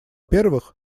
первых